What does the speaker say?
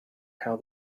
how